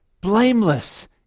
blameless